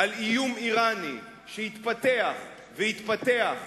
על איום אירני שהתפתח והתפתח,